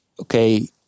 okay